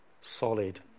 solid